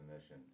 mission